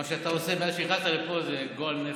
מה שאתה עושה מאז שנכנסת לפה זה גועל נפש.